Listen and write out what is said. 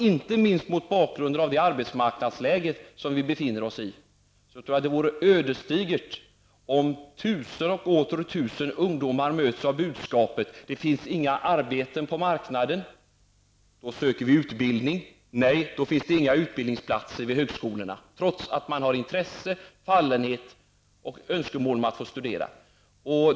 Inte minst mot bakgrund av det arbetsmarknadsläge vi befinner oss i tror jag, herr talman, att det vore ödesdigert om tusen och åter tusen ungdomar skulle mötas av budskapet att det inte finns några arbeten på marknaden och sedan, när de söker utbildning, skulle få höra att det inte finns några utbildningsplatser för dem vid högskolorna -- och detta trots att de har intresse, fallenhet och önskemål om att få studera.